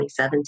2017